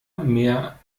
mehr